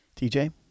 TJ